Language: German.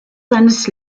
seines